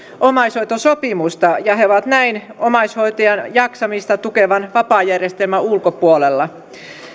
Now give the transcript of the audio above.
omaishoitosopimusta ja he ovat näin omaishoitajan jaksamista tukevan vapaajärjestelmän ulkopuolella